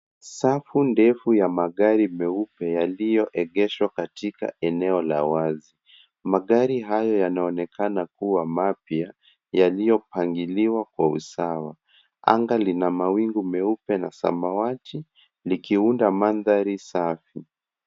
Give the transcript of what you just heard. Safu ndefu ya magari meupe yaliyoegeshwa katika eneo la wazi. Magari hayo yanaonekana kuwa mapya, yaliyopangiliwa kwa usawa. Anga lina mawingu meupe na samawati, likiunda mandhari safi.